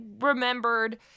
remembered